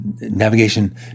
navigation